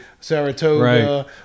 Saratoga